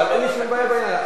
אבל אין לי שום בעיה בעניין.